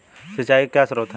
सिंचाई के क्या स्रोत हैं?